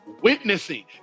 Witnessing